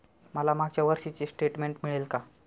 मला मागच्या वर्षीचे स्टेटमेंट मिळेल का?